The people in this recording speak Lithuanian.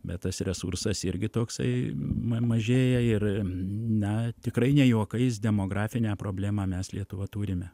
bet tas resursas irgi toksai mažėja ir na tikrai ne juokais demografinę problemą mes lietuva turime